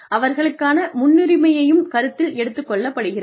அவர்களுக்கான முன்னுரிமையும் கருத்தில் எடுத்துக் கொள்ளப்படுகிறது